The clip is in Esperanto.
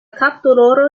kapdoloro